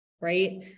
right